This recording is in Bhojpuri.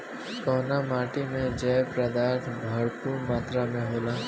कउना माटी मे जैव पदार्थ भरपूर मात्रा में होला?